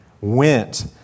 went